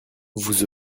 vous